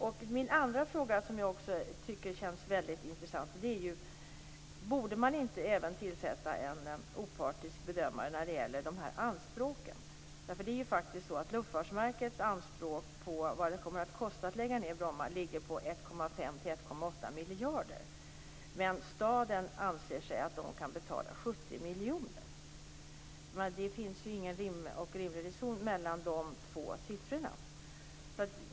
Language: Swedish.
Min andra fråga, som jag också tycker känns mycket intressant, är: Borde man inte även tillsätta en opartisk bedömare när det gäller anspråken? Luftfartsverkets anspråk, grundade på vad det kommer att kosta att lägga ned Bromma, ligger faktiskt på 1,5-1,8 miljarder. Men staden anser att man kan betala 70 miljoner. Det finns ingen rim och reson mellan de siffrorna.